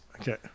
Okay